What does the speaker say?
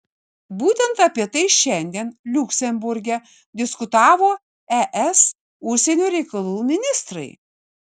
būtent apie tai šiandien liuksemburge diskutavo es užsienio reikalų ministrai